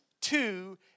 two